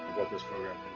what this program